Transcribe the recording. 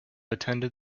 attended